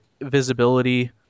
visibility